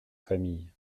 familles